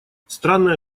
странная